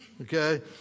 okay